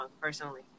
personally